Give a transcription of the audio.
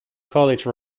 college